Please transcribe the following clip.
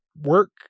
work